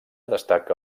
destaca